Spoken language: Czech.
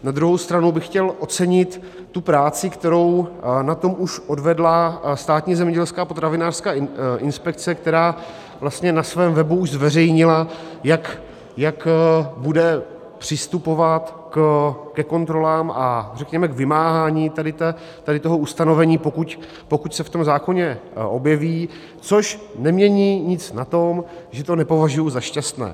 Na druhou stranu bych chtěl ocenit práci, kterou na tom už odvedla Státní zemědělská a potravinářská inspekce, která na svém webu už zveřejnila, jak bude přistupovat ke kontrolám a řekněme vymáhání tady toho ustanovení, pokud se v zákoně objeví, což nemění nic na tom, že to nepovažuji za šťastné.